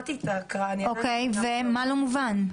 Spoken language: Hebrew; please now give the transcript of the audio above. מה לא מובן?